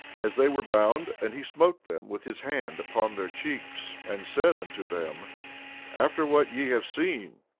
as they were bound and he smote them with his hand upon their cheeks, and said unto them after what ye have seen,